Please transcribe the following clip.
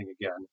again